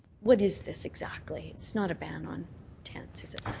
what is this exactly? it's not a ban on tents, is it?